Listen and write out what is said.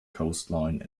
coastline